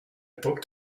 booked